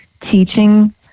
teaching